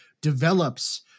develops